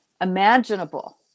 imaginable